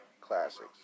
classics